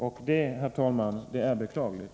Och det, herr talman, är beklagligt.